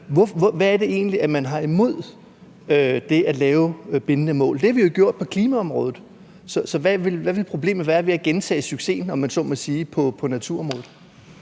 hvad er det egentlig, man har imod det at lave bindende mål? Det har vi jo gjort på klimaområdet. Så hvad ville problemet være ved at gentage succesen, om man så må sige, på naturområdet?